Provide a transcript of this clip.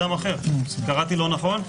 קראתי לא נכון?